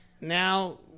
now